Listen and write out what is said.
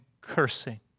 cursing